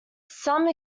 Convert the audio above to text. some